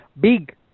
Big